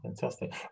fantastic